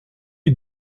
est